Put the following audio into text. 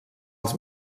els